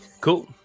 Cool